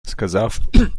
сказав